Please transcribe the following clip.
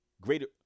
greater